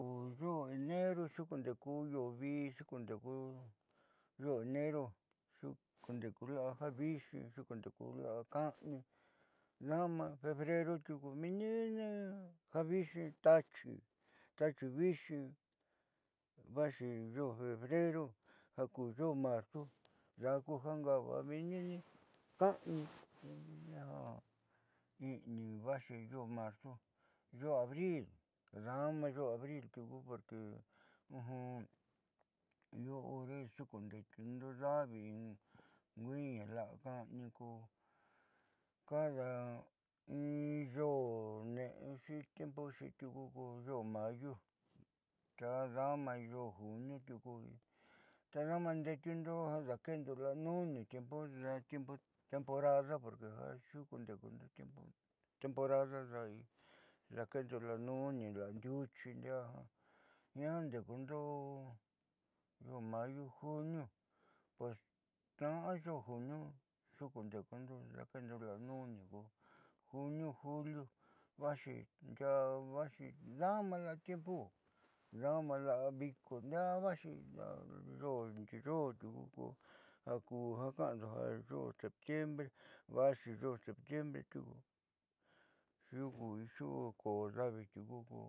Yoo enero io vii xuukundeeku yoo enero xuukundeeku la'a ja viixi ka'ani, daama febrero tiuku meeniinne ja viixi ta'axi ta'axi viixi vaaxi ja ku yoo marzo daa kujangaaba meeniinne ka'ani meeniinne ja i'inii va'axi yoo abril daama yoo abril tiuku porque io hore xuukundee'etiundo davi kuiin la'a ka'ami ko cada in yoo he'exi tiempoxi tiuku ko yoo mayu taada'amo yoo juhio tiuku taadaama ndee'etiundo ja daake'endo la'a nuni tiempo da tiempu temporada daake'endo la'a nuni la'a ndiuchi ndiaa jiaa nde'ekundo yoo junio tna'a yoo junio xuukunde'etiundo daake'endo la'a nuni ko junio, juliu vaaxi da'ama la'a tiempu da'ama la'a viko ndiaa vaaxi la'a yoo ndii yoo tiuku ja ko ja ka'ando ku yoo septiembre xuuko'o davi ku tiuku vaaxi yoo octubre tiuku daa ku ja vaaxi la'a ja naatniindoola'a ku cosechando tee octubre xecelebrarndo viko ndi'iyii ndia a ja ku jaxee yoo noviembre nde'etiundo ja ndi'i kui'ia ndiaa ndi'i yoo diciembre tiuku ndiaá jiaa ja taaka'aba la'a tiuku jiaani ku la'a ja ndaaniu'undo.